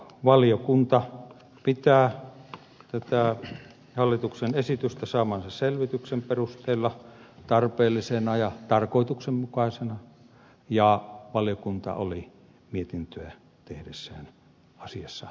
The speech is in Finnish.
valiokunta pitää tätä hallituksen esitystä saamansa selvityksen perusteella tarpeellisena ja tarkoituksenmukaisena ja valiokunta oli mietintöä tehdessään asiassa yksimielinen